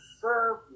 serve